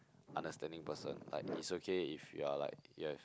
understanding person like it's okay if you're like you've